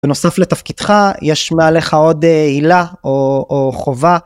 בנוסף לתפקידך יש מעליך עוד הילה או חובה.